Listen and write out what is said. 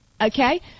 Okay